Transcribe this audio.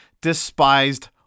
despised